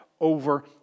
over